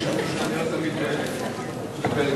אדוני